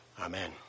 Amen